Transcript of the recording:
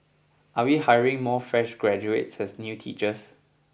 are we hiring more fresh graduates as new teachers